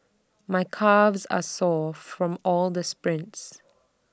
my calves are sore from all the sprints